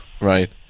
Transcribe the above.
Right